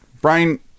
Brian